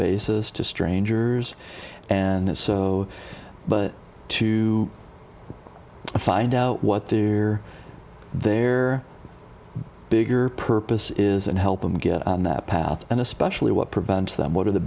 basis to strangers and it's so but to find out what they are there bigger purpose is and help them get that path and especially what prevents them what are the